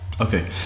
Okay